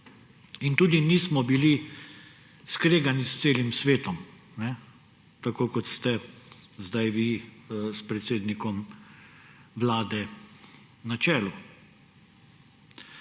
In tudi nismo bili skregani s celim svetom, tako kot ste sedaj vi s predsednikom Vlade na čelu.